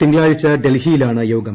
തിങ്കളാഴ്ച ഡൽഹിയിലാണ് യോഗം